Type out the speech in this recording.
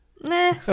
Nah